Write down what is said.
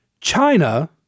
China